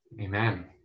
amen